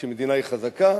כשמדינה חזקה